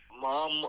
Mom